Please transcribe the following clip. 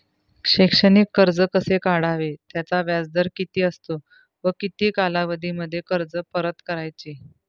शैक्षणिक कर्ज कसे काढावे? त्याचा व्याजदर किती असतो व किती कालावधीमध्ये कर्ज परत करायचे?